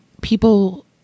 people